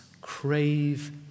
crave